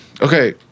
Okay